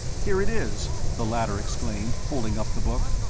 here it is, the latter exclaimed, holding up the book.